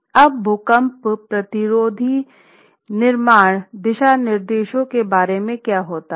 अब भूकंप प्रतिरोधी निर्माण दिशानिर्देशों के बारे में क्या होता है